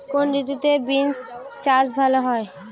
কোন ঋতুতে বিন্স চাষ ভালো হয়?